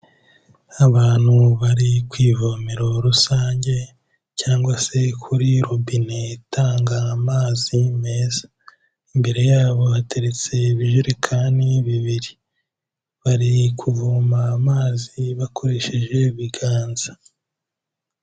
Abantu bari kwivomero rusange cyangwa se kuri robine itanga amazi meza, imbere yabo hateretse ibijerekani bibiri, bari kuvoma amazi bakoresheje ibiganza.